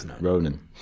Ronan